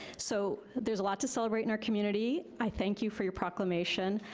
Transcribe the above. so, there's a lot to celebrate in our community. i thank you for your proclamation.